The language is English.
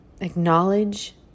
acknowledge